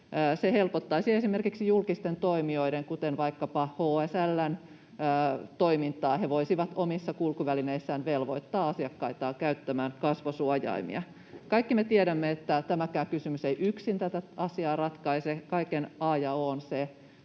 Se helpottaisi esimerkiksi julkisten toimijoiden, kuten vaikkapa HSL:n, toimintaa. He voisivat omissa kulkuvälineissään velvoittaa asiakkaitaan käyttämään kasvosuojaimia. Kaikki me tiedämme, että tämäkään kysymys ei yksin tätä asiaa ratkaise. Kaiken a ja o on se,